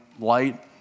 light